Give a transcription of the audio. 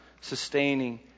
sustaining